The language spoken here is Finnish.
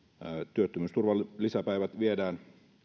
työttömyysturvan lisäpäivät viedään